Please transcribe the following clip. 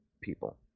people